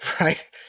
Right